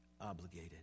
obligated